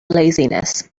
laziness